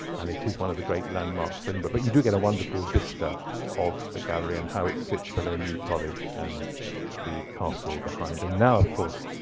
and it is one of the great landmarks. and but but you do get a wonderful vista of the gallery and how it sits below new college and the castle behind. and now, of course,